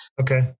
Okay